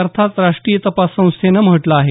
अर्थात राष्ट्रीय तपास संस्थेनं म्हटलं आहे